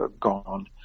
gone